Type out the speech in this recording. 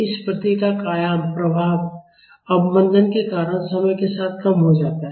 इस प्रतिक्रिया का आयाम प्रभाव अवमंदन के कारण समय के साथ कम हो जाता है